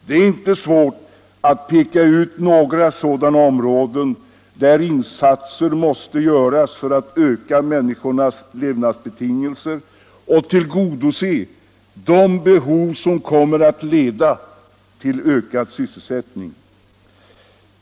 Det är inte svårt att peka ut några sådana områden där insatser måste göras för att förbättra människornas levnadsbetingelser och tillgodose de behov som kommer att leda till ökad sysselsättning.